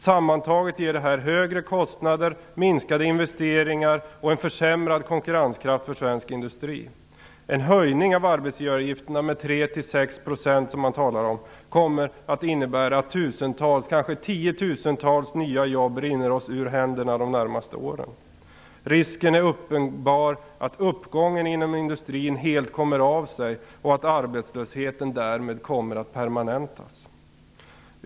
Sammantaget ger det här högre kostnader, minskade investeringar och en försämrad konkurrenskraft för svensk industri. En höjning av arbetsgivaravgifterna med 3-6 %, som man talar om, kommer att innebära att kanske tiotusentals nya jobb rinner oss ur händerna de närmaste åren. Risken är uppenbar att uppgången inom industrin helt kommer av sig och att arbetslösheten därmed kommer att permanentas.